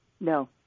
No